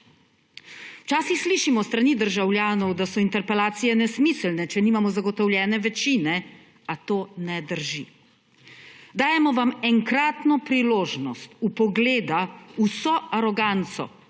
Včasih slišimo s strani državljanov, da so interpelacije nesmiselne, če nimamo zagotovljene večine, a to ne drži. Dajemo vam enkratno priložnost vpogleda v vso aroganco